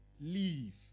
Leave